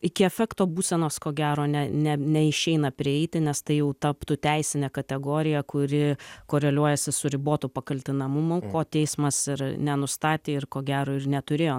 iki afekto būsenos ko gero ne ne neišeina prieiti nes tai jau taptų teisine kategorija kuri koreliuojasi su ribotu pakaltinamumu ko teismas nenustatė ir ko gero ir neturėjo